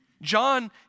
John